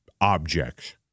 objects